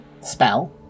spell